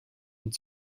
und